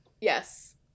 Yes